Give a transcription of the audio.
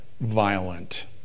violent